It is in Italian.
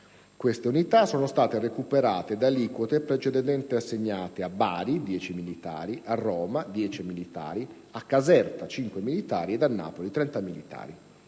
queste unità sono state recuperate da aliquote precedentemente assegnate a Bari (10 militari), a Roma (10 militari), a Caserta (5 militari) e a Napoli (30 militari).